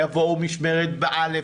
יבואו משמרת א',